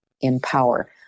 empower